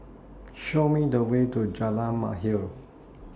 Show Me The Way to Jalan Mahir